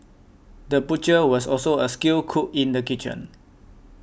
the butcher was also a skilled cook in the kitchen